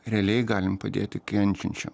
realiai galim padėti kenčiančiam